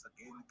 again